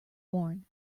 worn